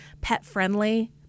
pet-friendly